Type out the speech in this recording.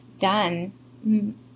done